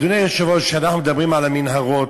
אדוני היושב-ראש, כשאנחנו מדברים על המנהרות